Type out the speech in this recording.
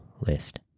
list